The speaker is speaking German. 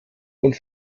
und